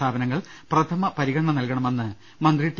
സ്ഥാപനങ്ങൾ പ്രഥമ പരിഗണന നൽകണമെന്ന് മന്ത്രി ടി